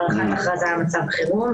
אנחנו כינסנו את הישיבה הזאת בעקבות אישור תקנות